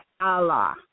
Allah